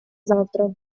завтра